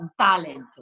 talent